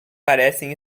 parecem